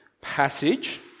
passage